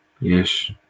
Yes